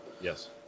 Yes